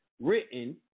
Written